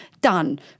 done